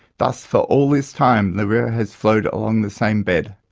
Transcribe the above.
thus for all this time the river has flowed along the same bed.